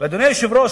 ואדוני היושב-ראש,